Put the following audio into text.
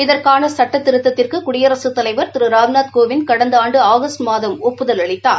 இதற்கான சட்டத்திருத்தத்திற்கு குடியரசுத் தலைவர் திரு ராம்நாத கோவிந்த் கடந்த ஆண்டு ஆகஸ்ட் மாதம் ஒப்புதல் அளித்தார்